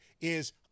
is-